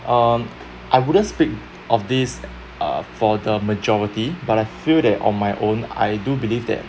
um I wouldn't speak of these uh for the majority but I feel that on my own I do believe that